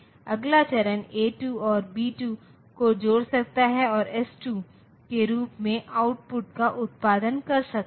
अगला चरण A2 और B2 को जोड़ सकता है और S2 के रूप में आउटपुट का उत्पादन कर सकता है